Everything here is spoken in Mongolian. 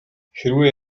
хэрвээ